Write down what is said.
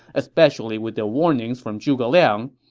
especially with the warnings from zhuge liang,